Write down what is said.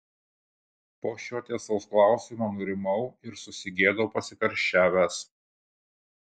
po šio tiesaus klausimo nurimau ir susigėdau pasikarščiavęs